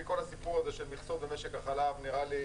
כל הסיפור הזה של מכסות במשק החלב נראה לי